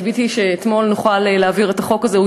קיוויתי להעביר את החוק הזה אתמול,